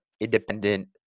independent